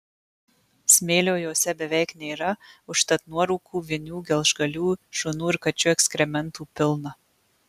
smėlio jose beveik nėra užtat nuorūkų vinių gelžgalių šunų ir kačių ekskrementų pilna